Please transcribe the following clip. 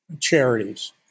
charities